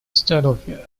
здоровья